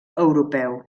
europeu